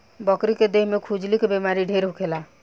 बकरी के देह में खजुली के बेमारी ढेर होखेला